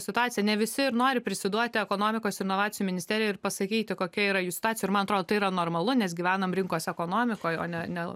situacija ne visi ir nori prisiduoti ekonomikos ir inovacijų ministerijai ir pasakyti kokia yra jų situacija ir man atrodo yra normalu nes gyvename rinkos ekonomikoje o ne ne